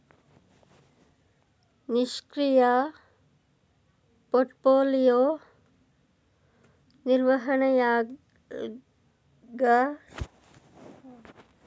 ನಿಷ್ಕ್ರಿಯ ಪೋರ್ಟ್ಫೋಲಿಯೋ ನಿರ್ವಹಣೆಯಾಳ್ಗ ಸಾಪೇಕ್ಷ ಆದಾಯದ ಸಂಪೂರ್ಣ ಮೌಲ್ಯವನ್ನು ಟ್ರ್ಯಾಕಿಂಗ್ ದೋಷ ಎಂದು ಕರೆಯಲಾಗುತ್ತೆ